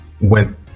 went